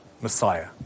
Messiah